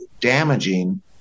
damaging